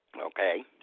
okay